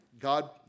God